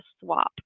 swap